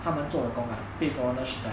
他们做的工:ta men zuo degong right 被 foreigner 取代